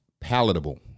palatable